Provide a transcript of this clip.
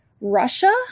Russia